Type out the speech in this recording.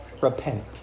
repent